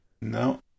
No